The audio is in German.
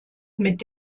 mit